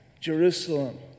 Jerusalem